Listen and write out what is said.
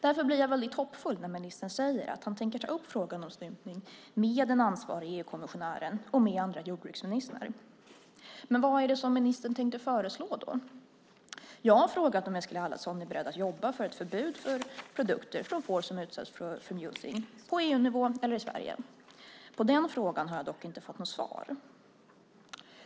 Därför blir jag väldigt hoppfull när ministern säger att han tänker ta upp frågan om stympning med den ansvariga EU-kommissionären och med andra jordbruksministrar. Men vad tänker ministern föreslå då? Jag har frågat om Eskil Erlandsson är beredd att jobba för ett förbud för produkter från får som utsatts för mulesing , på EU-nivå eller i Sverige. Den frågan har jag dock inte fått något svar på.